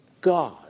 God